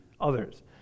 others